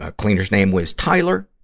ah cleaner's name was tyler.